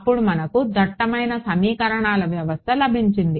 అపుడు మనకు దట్టమైన సమీకరణాల వ్యవస్థ లభించింది